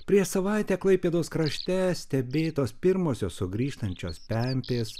prieš savaitę klaipėdos krašte stebėtos pirmosios sugrįžtančios pempės